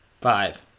Five